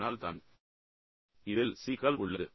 அதனால் தான் இதில் சிக்கல் உள்ளது